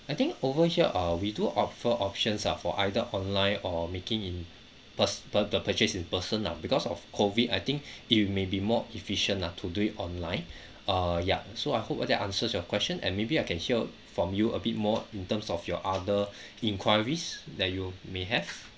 I think over here uh we do offer options ah for either online or making in pers~ pe~ the purchase in person ah because of COVID I think it'll may be more efficient ah to do it online uh ya so I hope that answers your question and maybe I can hear from you a bit more in terms of your other inquiries that you may have